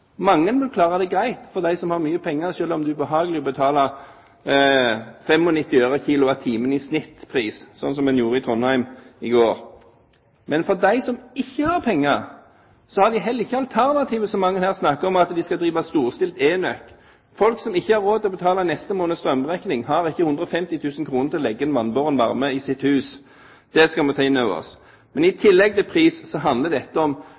Mange klarer det greit, de som har mye penger, selv om det er ubehagelig å betale 95 øre/kWt i snittpris, sånn som en gjorde i Trondheim i går. Men de som ikke har penger, har heller ikke alternativer, som, som mange her snakker om, å drive med storstilt enøk. Folk som ikke har råd til å betale neste måneds strømregning, har ikke 150 000 kr til å legge inn vannbåren varme i sitt hus. Det skal vi ta inn over oss. Men i tillegg til pris, så handler dette om